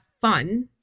fun